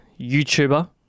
YouTuber